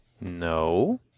No